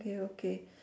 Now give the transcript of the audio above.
okay okay